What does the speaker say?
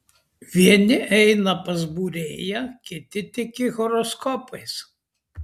vieni eina pas būrėją kiti tiki horoskopais